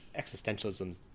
existentialism